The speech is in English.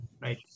right